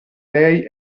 lei